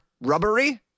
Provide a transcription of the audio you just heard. rubbery